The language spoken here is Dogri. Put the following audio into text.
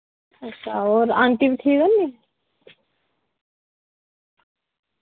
अच्छा और आंटी बी ठीक नी